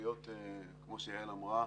כמו שיעל אמרה,